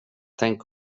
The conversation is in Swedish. tänk